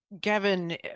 Gavin